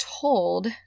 told